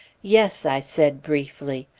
yes, i said briefly.